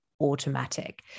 automatic